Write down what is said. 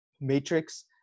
matrix